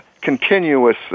continuous